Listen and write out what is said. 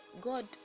God